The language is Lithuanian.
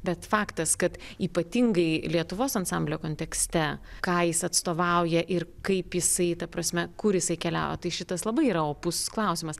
bet faktas kad ypatingai lietuvos ansamblio kontekste ką jis atstovauja ir kaip jisai ta prasme kur jisai keliavo tai šitas labai yra opus klausimas